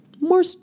More